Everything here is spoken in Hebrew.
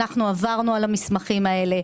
אנחנו עברנו על המסמכים האלה,